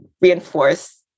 reinforce